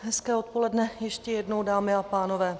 Hezké odpoledne ještě jednou, dámy a pánové.